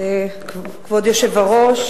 כבוד היושב-ראש,